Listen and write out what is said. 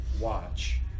watch